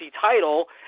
title